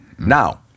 Now